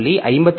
52